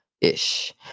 Ish